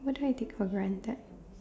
what do I take for granted